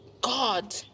God